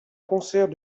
concert